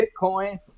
Bitcoin